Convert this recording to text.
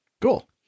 cool